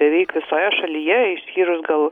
beveik visoje šalyje išskyrus gal